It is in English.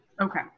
Okay